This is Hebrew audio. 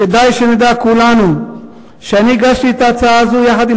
כדאי שנדע כולנו שאני הגשתי את ההצעה הזאת יחד עם